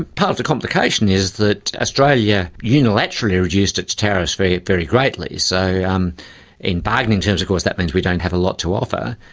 part of the complication is that australia unilaterally reduced its tariffs very, very greatly. so um in bargaining terms of course that means we don't have a lot to offer.